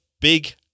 Big